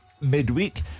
midweek